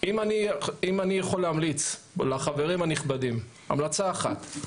אם אני יכול להמליץ לחברים הנכבדים המלצה אחת,